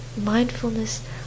mindfulness